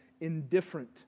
indifferent